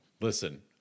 Listen